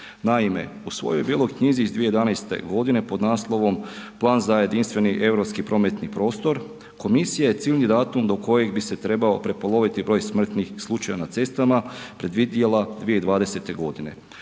Naime u svojoj bijeloj knjizi iz 2011. godine pod naslovom Plan za jedinstveni europski prometni prostor komisija je ciljni datum do kojeg bi se trebao prepoloviti broj smrtnih slučajeva na cestama predvidjela 2020. godine.